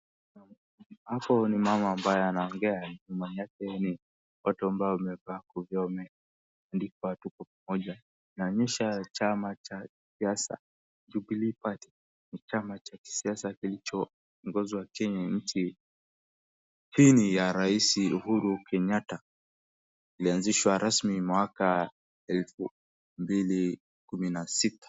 Hapo ni mama ambaye anaongea, nyuma yake ni watu ambao wamevaa kofia, wameandikwa Tuko Pamoja, inaonyesha chama cha kisiasa, Jubilee Party, ni chama cha kisiasa kilichoongozwa Kenya nchi. Hii ni ya rais Uhuru Kenyatta, ilianzishwa rasmi mwaka elfu mbili kumi na sita.